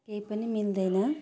केही पनि मिल्दैन